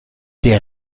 der